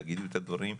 תגידו את הדברים,